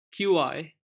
QI